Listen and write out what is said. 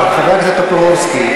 חבר הכנסת טופורובסקי,